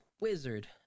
wizard